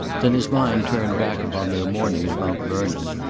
then his mind turned back upon their morning at mount vernon,